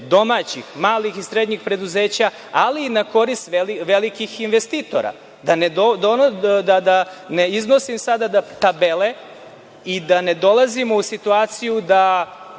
domaćih malih i srednjih preduzeća, ali i na korist velikih investitora. Da ne iznosim sada tabele i da ne dolazimo u situaciju da